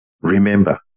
remember